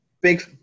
Big